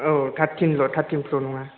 औ टार्टटिनल' टार्टटिन प्र नङा